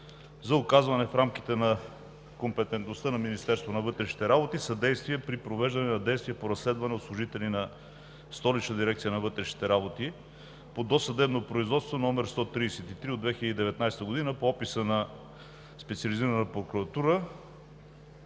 за оказване в рамките на компетентността на Министерството на вътрешните работи съдействие при провеждане на действия по разследване от служители на Столична дирекция на вътрешните работи по досъдебно производство № 133 от 2019 г. по Описа на Специализирана прокуратура,